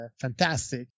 fantastic